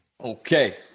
okay